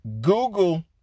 Google